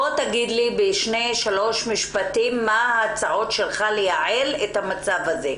תגיד לי בשניים שלושה משפטים מה ההצעה שלך כדי לייעל את המצב הזה.